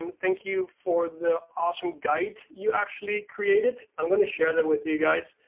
and thank you for the awesome guide you actually created, i'm gonna share that with you guys.